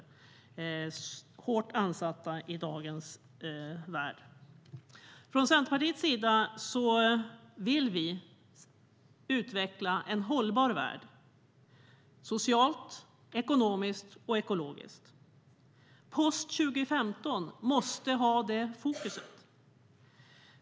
De är hårt ansatta i dagens värld.Från Centerpartiets sida vill vi utveckla en hållbar värld - socialt, ekonomiskt och ekologiskt. Post-2015 måste ha det fokuset.